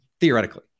theoretically